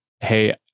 hey